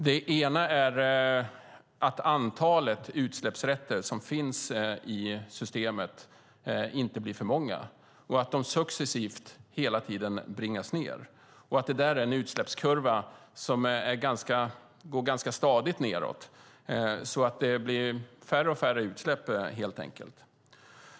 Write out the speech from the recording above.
Den ena är att antalet utsläppsrätter som finns i systemet inte blir för många och att antalet successivt bringas ned. Det ska vara en utsläppskurva som går ganska stadigt nedåt så att det helt enkelt blir färre och färre utsläpp.